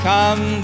Come